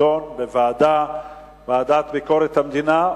יידונו בוועדה לענייני ביקורת המדינה.